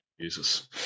Jesus